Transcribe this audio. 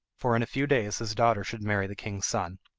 for in a few days his daughter should marry the king's son.